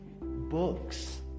books